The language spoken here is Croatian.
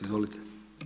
Izvolite.